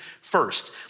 first